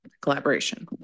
collaboration